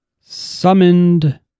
summoned